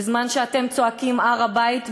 בזמן שאתם צועקים: הר-הבית בידינו,